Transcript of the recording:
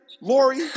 Lori